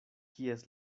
kies